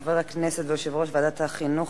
חבר הכנסת ויושב-ראש ועדת החינוך,